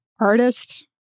artist